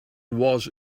was